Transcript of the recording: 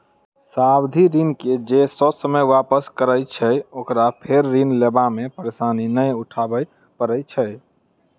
सावधि ऋण के जे ससमय वापस करैत छै, ओकरा फेर ऋण लेबा मे परेशानी नै उठाबय पड़ैत छै